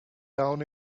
down